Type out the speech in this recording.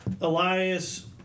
Elias